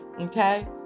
okay